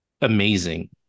amazing